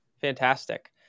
Fantastic